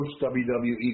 WWE